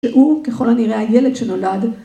שהוא ככל הנראה הילד שנולד.